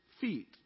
feet